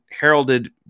heralded